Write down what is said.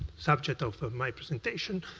subject of of my presentation,